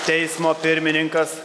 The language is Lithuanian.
teismo pirmininkas